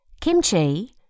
kimchi